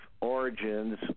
origins